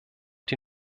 die